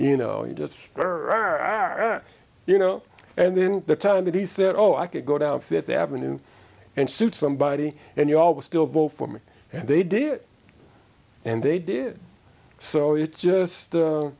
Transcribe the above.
you know you just you know and then the time that he said oh i could go down fifth avenue and shoot somebody and you always still vote for me and they did and they did so it's just